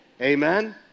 Amen